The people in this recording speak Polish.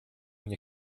nie